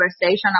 conversation